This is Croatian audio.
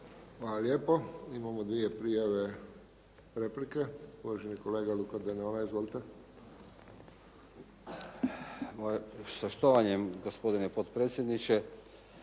Hvala lijepo. Imamo dvije prijave replike. Uvaženi kolega Luka Denona. Izvolite. **Denona, Luka (SDP)** Sa štovanjem, gospodine predsjedniče.